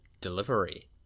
delivery